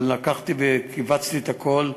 אבל לקחתי וכיווצתי את הכול.